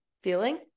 feeling